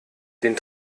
den